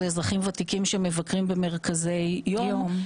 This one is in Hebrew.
אזרחים ותיקים שמבקרים במרכזי יום,